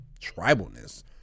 tribalness